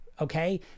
okay